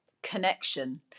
connection